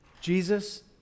Jesus